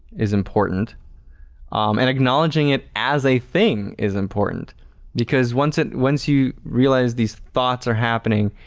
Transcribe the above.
is important and acknowledging it as a thing is important because once it once you realize these thoughts are happening,